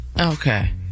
Okay